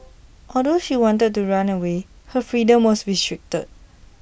although she wanted to run away her freedom was restricted